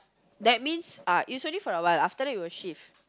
that means uh is only for awhile after that we will shift